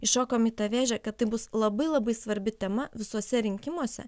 įšokome į tą vėžę kad tai bus labai labai svarbi tema visuose rinkimuose